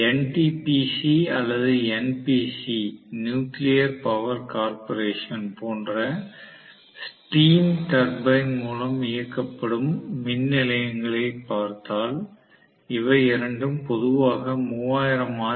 NTPC அல்லது NPC nuclear power corporation போன்ற stream turbine மூலம் இயக்கப்படும் மின் நிலையங்களை பார்த்தால் இவை இரண்டும் பொதுவாக 3000 ஆர்